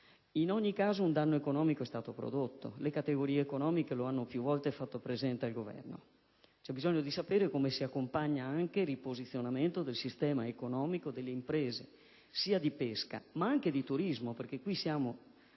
In ogni caso, un danno economico è stato prodotto; le categorie economiche lo hanno più volte fatto presente al Governo. C'è bisogno di sapere come si accompagna il riposizionamento del sistema economico delle imprese sia di pesca che di turismo: siamo